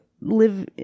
live